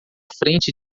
frente